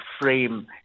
frame